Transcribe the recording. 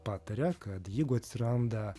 pataria kad jeigu atsiranda